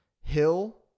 hill